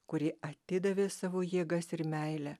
kurie atidavė savo jėgas ir meilę